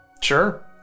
Sure